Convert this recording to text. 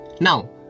Now